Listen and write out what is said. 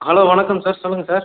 hello வணக்கம் sir சொல்லுங்கள் sir